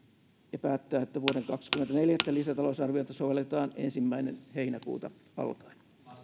ja päättää että vuoden kaksikymmentä neljättä lisätalousarviota sovelletaan ensimmäinen heinäkuuta alkaen